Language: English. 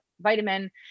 vitamin